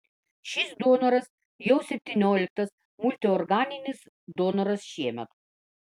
šis donoras jau septynioliktas multiorganinis donoras šiemet